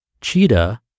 cheetah